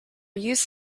used